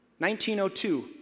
1902